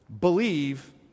believe